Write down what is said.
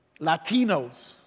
Latinos